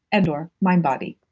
and or, mind body.